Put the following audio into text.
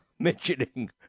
mentioning